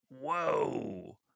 Whoa